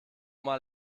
mal